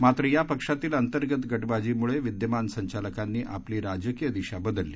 मात्र या पक्षातील अंतर्गत गटबाजीमुळे विद्यमान संचालकांनी आपली राजकीय दिशा बदलली